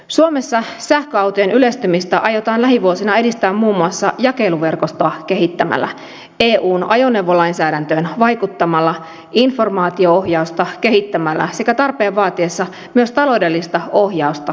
suomessa sähköautojen yleistymistä aiotaan lähivuosina edistää muun muassa jakeluverkostoa kehittämällä eun ajoneuvolainsäädäntöön vaikuttamalla informaatio ohjausta kehittämällä sekä tarpeen vaatiessa myös taloudellista ohjausta kehittämällä